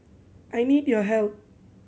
I need your help